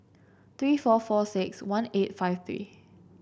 three four four six one eight five